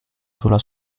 sulla